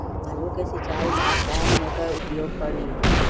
आलू के सिंचाई ला कौन मोटर उपयोग करी?